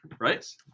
Right